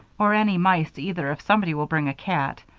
or any mice either, if somebody will bring a cat.